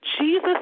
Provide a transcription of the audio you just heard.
Jesus